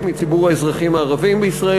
מציבור האזרחים הערבים בישראל.